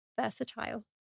versatile